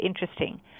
interesting